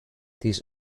this